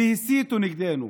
והסיתו נגדנו,